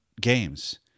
games